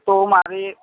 તો મારે